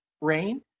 rain